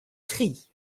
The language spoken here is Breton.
tri